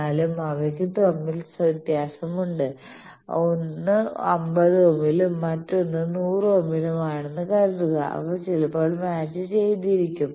എന്നാലും അവയ്ക്ക് തമ്മിൽ വ്യത്യാസമുണ്ട് 1 50 ഓമിലും മറ്റൊന്ന് 100 ഓമിലും ആണെന്ന് കരുതുക അവ ചിലപ്പോൾ മാച്ച് ചെയ്തിരിക്കും